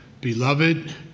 Beloved